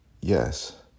yes